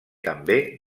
també